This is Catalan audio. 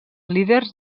líders